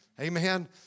Amen